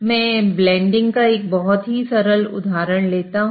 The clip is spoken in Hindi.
मैं ब्लेंडिंग का एक बहुत ही सरल उदाहरण लेता हूं